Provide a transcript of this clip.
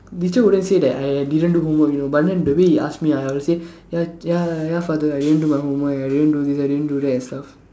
teacher wouldn't say that I I didn't do homework you know but then the way he ask me ah I will say ya ya ya father I didn't do my homework ya I didn't do this I didn't do that and stuff